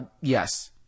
yes